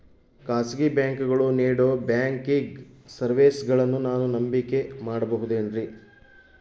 ಖಾಸಗಿ ಬ್ಯಾಂಕುಗಳು ನೇಡೋ ಬ್ಯಾಂಕಿಗ್ ಸರ್ವೇಸಗಳನ್ನು ನಾನು ನಂಬಿಕೆ ಮಾಡಬಹುದೇನ್ರಿ?